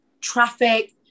traffic